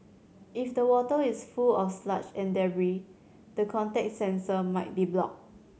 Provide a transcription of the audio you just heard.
if the water is full of sludge and the contact sensor might be blocked